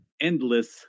endless